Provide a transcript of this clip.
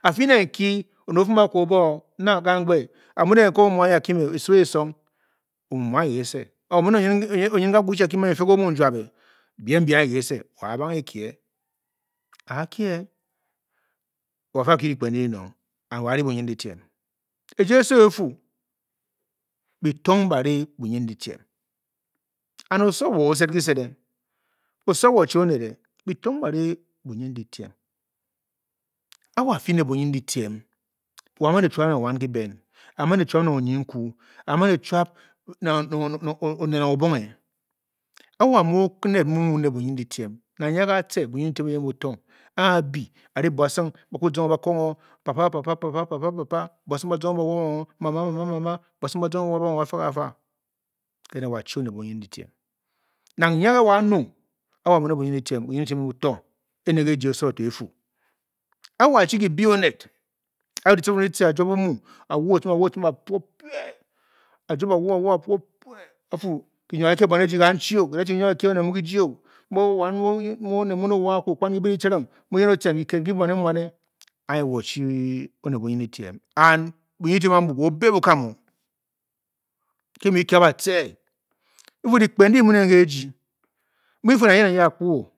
A fi ne nki oned o-fim akwu o-ba o, Nna, kamgbe a muu ne nkop omu anyi a kie me? Esu e-song. Omu muu anyi kise or o mu ne onyin ka wu dyichi akie me nyin nfe ge omu, n jua be? biem anyi ke se, wo a a banghee-kie, a a kie woa fi a-kyu dyikpen ndi dinong, and wo a a ni bunyin-dyitiem. E ja oso e-fuu, bii tong ba ri bunyin-dyitiem and osowo o o-sed di sede ng, osowo chi-oned bi tong ba-ri bunyin-dyitiem a a wo a a fi ne bunyin-dyitiem wo a a-man e chuap nang wan ki ben a a maan e chuap nang onyi nku a a maan e chuap nang oned nang obonghe. Ke wo amuu oned mu, muu ne bunyindyitiem, nang nyìa ge-a-tce bunyin-ditiem eyen bu tong, a a bii, a-ri buasing ba-kwu zonghe ba kong o papa papa papa papa buasing ba zonghe ba won ghe o mama, mama, mama, buasing ba-zonghe ba-wab o, ba-fa ga fa, ke na wo achi oned bunyindyitiem. Nang nyia ge wo a nung a wo a muu ne bunyin-dyichem, bunyin-dyitiem bu-tong, ene ke ejia oso to e-fuu, ke wo achii ki bii oned, a a ditcifiring ditce a-juap aa-wa, aa-wa, ã-puo pied, a-fuu, ki nwa ki kie buan eji ganchi o, ki daa chi ki nwa ki kie wan muu oned mun, o-o wa akwu, o-o kpan di bii ditciring o. mu yen o-tcen kiked nki, muan-e muane. Anyi wo chii oned mu bunyin-dyidiem and bunyinchyi-tiem am bu, bu u be bu kam o nke, bi mu bi ki a bátce bi fuu, dyikpen ndi bi muu nen ke eji, bi muu bi nyiding, bi fuu, nang ye nang ye a-kpúu o.